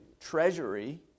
treasury